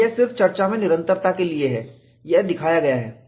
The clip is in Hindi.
और यह सिर्फ चर्चा में निरंतरता के लिए है यह दिखाया गया है